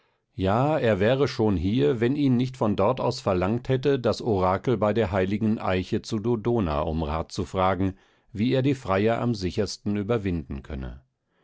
ja er wäre schon hier wenn ihn nicht von dort aus verlangt hätte das orakel bei der heiligen eiche zu dodona um rat zu fragen wie er die freier am sichersten überwinden könne